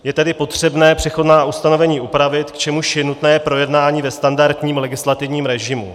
Je tedy potřebné přechodná ustanovení upravit, k čemuž je nutné projednání ve standardním legislativním režimu.